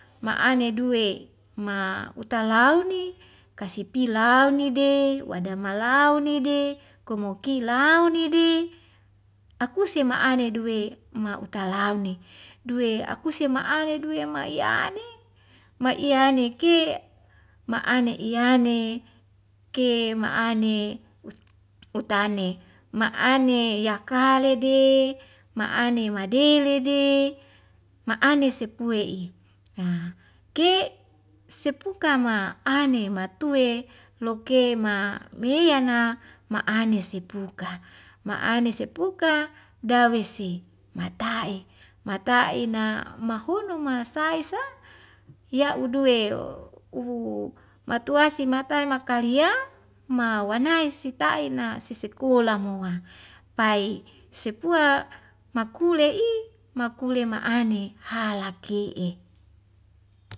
Ma'ane duwe ma utalau ni kasi pilaunide wada mau nide kumo kilau ni de akuse ma'ane duwe ma utalauni duwe akuse ma'ane duwe ma'i ane maiyane ke ma'ane iyane ke ma'ane ut utane ma'ane yakale de ma'ane madei lede ma'ane sepue i ha ke sepu kama ane matue loke ma meiyana ma'ane sipuka ma'ane sepuka dawese mata'i mata'ina mahunu ma sai sa ya'uduwe u matuwasi matae makalia mau wanai sitaina sisikola moa pai sepua makule'i makule ma'ane halake'e